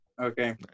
Okay